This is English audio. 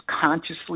consciously